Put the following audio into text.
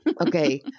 Okay